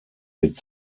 wird